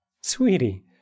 Sweetie